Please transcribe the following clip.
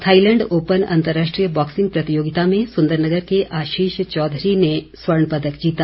Thailand open अतंर्राष्ट्रीय boxing प्रतियोगिता में सुदंरनगर के आशीष चौधरी ने स्वर्ण पदक जीता